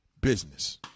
business